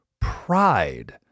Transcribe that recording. Pride